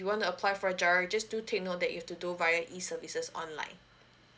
wanna apply for giro just do take note that you need to do via e services online